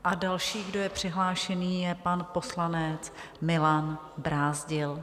A další, kdo je přihlášený, je pan poslanec Milan Brázdil.